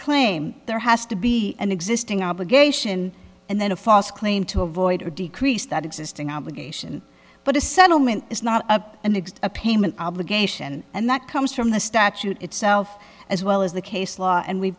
claim there has to be an existing obligation and then a false claim to avoid or decrease that existing obligation but a settlement is not an exact a payment obligation and that comes from the statute itself as well as the case law and we